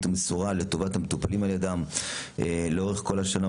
ומסורה לטובת המטופלים על ידם לאורך כל השנה.